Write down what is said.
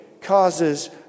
causes